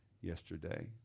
yesterday